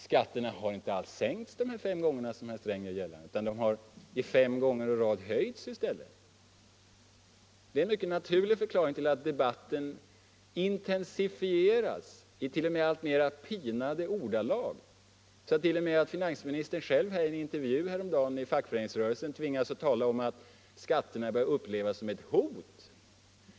Skatterna har nämligen inte sänkts fem gånger, som herr Sträng gör gällande, utan fem gånger i rad höjts. Det är en mycket naturlig förklaring till att debatten intensifieras i t.o.m. alltmera pinade ordalag. Även herr Sträng tvingades häromdagen i en intervju i Fackföreningsrörelsen tala om att skatterna började upplevas som ett hot.